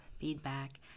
feedback